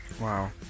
Wow